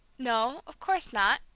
no, of course not,